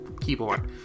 keyboard